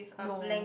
no